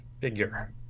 figure